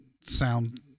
sound